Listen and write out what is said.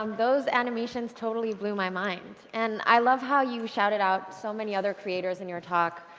um those animations totally blew my mind. and i love how you shouted out so many other creators in your talk.